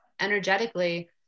energetically